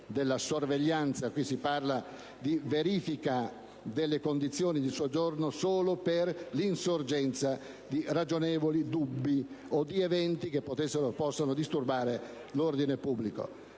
della sorveglianza: qui si parla di verifica delle condizioni di soggiorno solo per l'insorgenza di ragionevoli dubbi o di eventi che possono disturbare l'ordine pubblico.